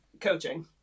coaching